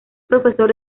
profesor